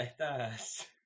Estas